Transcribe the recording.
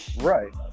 right